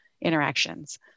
interactions